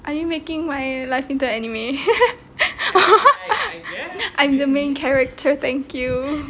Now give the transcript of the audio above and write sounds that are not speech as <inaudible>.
are you making my like into an anime <laughs> I'm the main character thank you